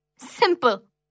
Simple